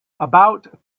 about